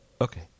Okay